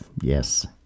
yes